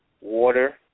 water